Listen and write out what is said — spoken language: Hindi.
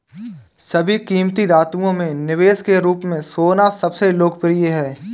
सभी कीमती धातुओं में निवेश के रूप में सोना सबसे लोकप्रिय है